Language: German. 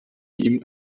ihm